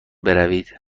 بروید